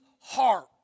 heart